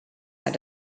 out